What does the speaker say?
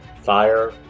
fire